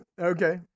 Okay